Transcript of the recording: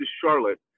Charlotte